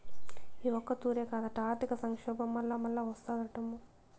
ఈ ఒక్కతూరే కాదట, ఆర్థిక సంక్షోబం మల్లామల్లా ఓస్తాదటమ్మో